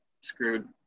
screwed